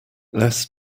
less